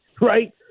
right